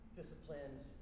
disciplines